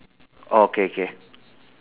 oh K K